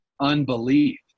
Unbelief